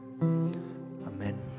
Amen